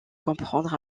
comprendre